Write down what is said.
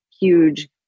huge